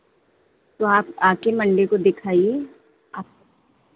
तो आप आके मंडे को दिखाइये आप